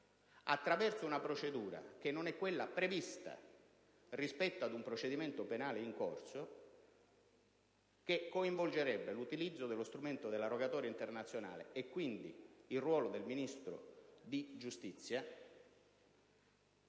attraverso una procedura che non è quella prevista rispetto ad un procedimento penale in corso, che coinvolgerebbe l'utilizzo dello strumento della rogatoria internazionale, e quindi il ruolo del Ministro della giustizia;